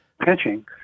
pitching